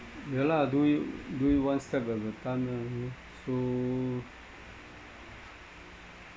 ya lah do it do it one step at a time lah so